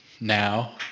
now